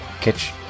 Catch